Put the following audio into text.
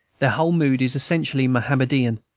their whole mood is essentially mohammedan,